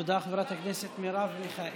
תודה, חברת הכנסת מרב מיכאלי.